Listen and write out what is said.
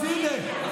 אז הינה,